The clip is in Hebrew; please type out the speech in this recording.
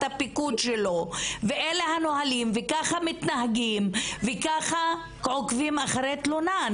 הפיקוד שלו ואלה הנהלים וכך מתנהגים וכך עוקבים אחרי תלונה'.